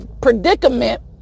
predicament